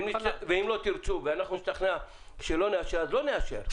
אם לא תרצו ואנחנו נשתכנע שלא נאשר, אז לא נאשר.